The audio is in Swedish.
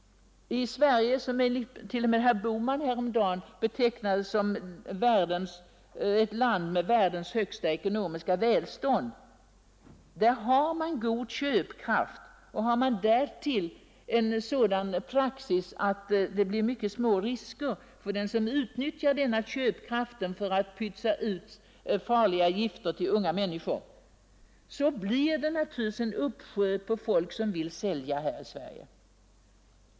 I Sverige, som t.o.m. herr Bohman häromdagen betecknade som ett land med världens högsta ekonomiska välstånd, har man god köpkraft. Har man därtill sådan praxis, att riskerna är mycket små för dem som utnyttjar denna köpkraft för att sprida farliga gifter bland unga människor, blir det naturligtvis en uppsjö på sådana försäljare här i Sverige.